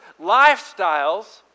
lifestyles